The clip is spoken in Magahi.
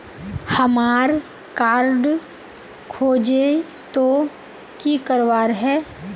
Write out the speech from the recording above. हमार कार्ड खोजेई तो की करवार है?